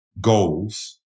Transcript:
goals